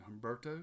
Humberto